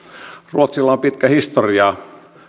ruotsilla on pitkä historia